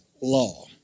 law